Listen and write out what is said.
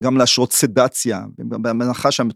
גם להשרות סדציה, והב, מלאכה שם.